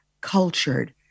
cultured